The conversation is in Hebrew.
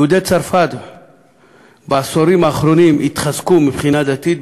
יהודי צרפת בעשורים האחרונים התחזקו מבחינה דתית,